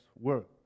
work